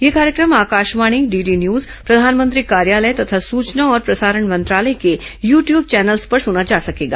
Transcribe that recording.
यह कार्यक्रम Akashvani DD news प्रधानमंत्री कार्यालय तथा सूचना और प्रसारण मंत्रालय के यू ट्यूब चैनलों पर सुना जा सकेगा